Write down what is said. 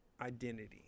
identity